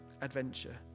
adventure